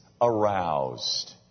aroused